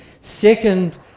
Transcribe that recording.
Second